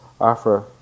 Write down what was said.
offer